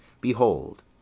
Behold